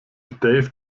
dave